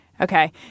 Okay